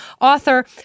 author